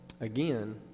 again